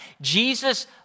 Jesus